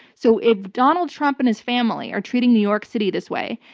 so if donald trump and his family are treating new york city this way.